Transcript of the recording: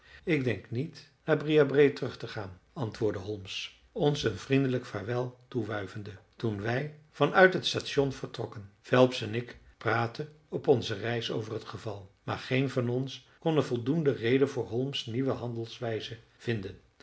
ik denk niet naar briarbrae terug te gaan antwoordde holmes ons een vriendelijk vaarwel toewuivende toen wij van uit t station vertrokken phelps en ik praatten op onze reis over t geval maar geen van ons kon een voldoende reden voor holmes nieuwe handelwijze vinden